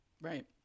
Right